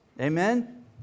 Amen